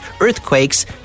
earthquakes